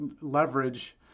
leverage